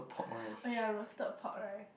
oh ya roasted pork rice